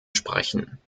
sprechen